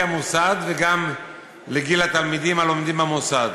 המוסד וגם לגיל התלמידים הלומדים במוסד.